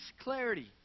clarity